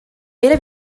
era